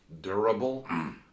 Durable